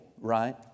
right